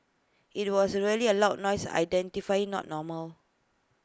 IT was A really A loud noise identify not normal